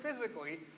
physically